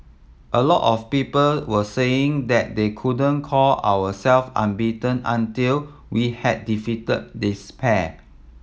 a lot of people were saying that they couldn't call ourselves unbeaten until we had defeated this pair